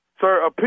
Sir